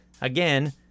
Again